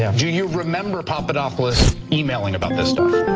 yeah do you remember papadopoulos emailing about this stuff?